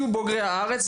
יהיו בוגרי הארץ.